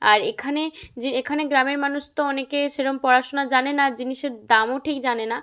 আর এখানে যে এখানে গ্রামের মানুষ তো অনেকে সেরকম পড়াশুনা জানে না জিনিসের দামও ঠিক জানে না